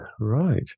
right